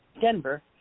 Denver